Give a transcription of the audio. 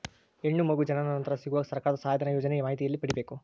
ಹೆಣ್ಣು ಮಗು ಜನನ ನಂತರ ಸಿಗುವ ಸರ್ಕಾರದ ಸಹಾಯಧನ ಯೋಜನೆ ಮಾಹಿತಿ ಎಲ್ಲಿ ಪಡೆಯಬೇಕು?